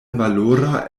valora